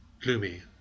gloomy